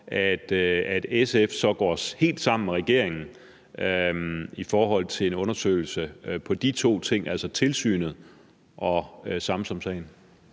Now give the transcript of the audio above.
at SF så går helt sammen med regeringen i forhold til en undersøgelse af de to ting, altså tilsynet og Samsamsagen?